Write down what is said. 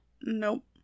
Nope